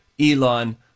Elon